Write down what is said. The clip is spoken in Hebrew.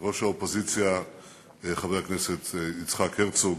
ראש האופוזיציה חבר הכנסת יצחק הרצוג,